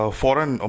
foreign